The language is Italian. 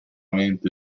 mente